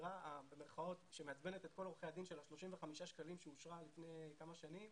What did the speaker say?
האגרה ש"מעצבנת" את כל עורכי הדין של ה-35 שקלים שאושרה לפני כמה שנים.